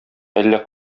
әллә